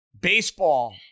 Baseball